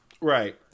Right